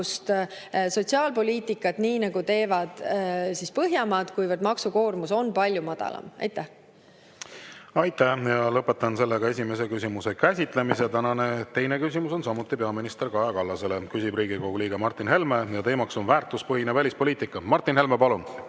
sotsiaalpoliitikat, nagu teevad Põhjamaad, kuivõrd meie maksukoormus on palju madalam. Aitäh! Lõpetan esimese küsimuse käsitlemise. Tänane teine küsimus on samuti peaminister Kaja Kallasele. Küsib Riigikogu liige Martin Helme ja teema on väärtuspõhine välispoliitika. Martin Helme, palun!